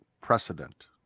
Precedent